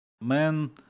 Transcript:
men